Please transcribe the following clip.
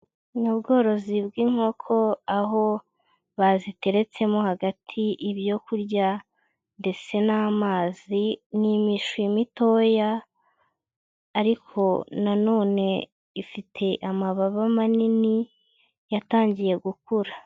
Ni ubworozi bw'inkoko aho baziteretsemo hagati ibyo kurya ndetse n'amazi, ni imishwi mitoya ariko nanone ifite amababa manini yatangiye gukura.